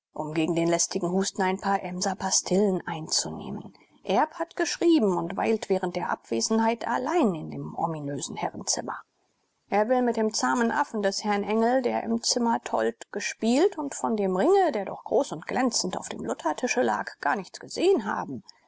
um gegen den lästigen husten ein paar emser pastillen einzunehmen erb hat geschrieben und weilt während der abwesenheit allein in dem ominösen herrenzimmer er will mit dem zahmen affen des herrn engel der im zimmer tollte gespielt und von dem ringe der doch groß und glänzend auf dem luthertische lag gar nichts gesehen haben